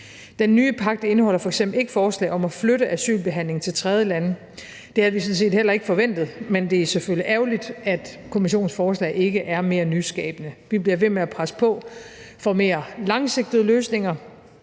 Den nye pagt indeholder f.eks. ikke forslag om at flytte asylbehandlingen til tredjelande. Det havde vi sådan set heller ikke forventet, men det er selvfølgelig ærgerligt, at Kommissionens forslag ikke er mere nyskabende. Vi bliver ved med at presse på for mere langsigtede løsninger,